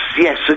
yes